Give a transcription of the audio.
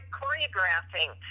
choreographing